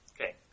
Okay